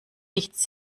nichts